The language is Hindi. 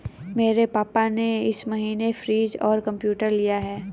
मेरे पापा ने इस महीने फ्रीज और कंप्यूटर लिया है